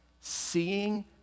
seeing